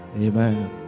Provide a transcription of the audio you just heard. Amen